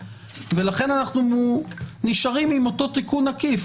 לכן אנחנו נשארים עם אותו תיקון עקיף,